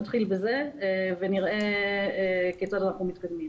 נתחיל בזה ונראה כיצד אנחנו מתקדמים.